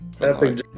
Epic